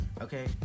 okay